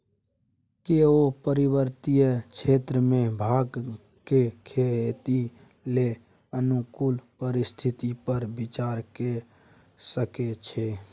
केओ पर्वतीय क्षेत्र मे भांगक खेती लेल अनुकूल परिस्थिति पर विचार कए सकै छै